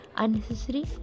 unnecessary